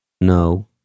No